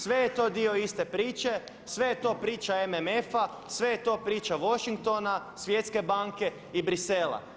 Sve je to dio iste priče, sve je to priča MMF-a, sve je to priča Washingtona, Svjetske banke i Bruxellesa.